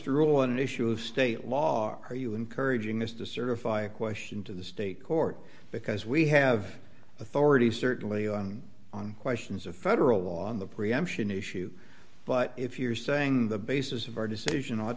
truly an issue of state law are you encouraging this to certify a question to the state court because we have authority certainly on questions of federal law on the preemption issue but if you're saying the basis of our decision ought